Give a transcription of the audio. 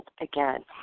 again